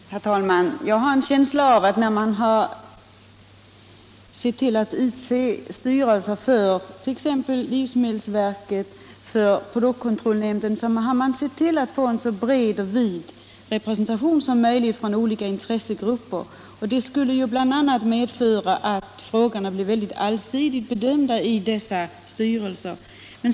Herr talman! Jag har en känsla av att när man har utsett styrelserna för livsmedelsverket och produktkontrollnämnden har man sett till, att det har blivit en så bred representation som möjligt för olika intressegrupper, och det borde ju medföra att frågorna blir allsidigt bedömda i dessa styrelser.